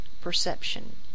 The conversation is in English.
perception